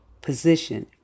position